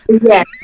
Yes